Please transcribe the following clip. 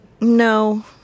No